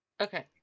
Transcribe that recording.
Okay